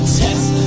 test